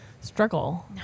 struggle